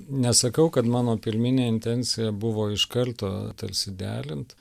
nesakau kad mano pirminė intencija buvo iš karto tarsi derint